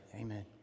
Amen